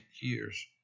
years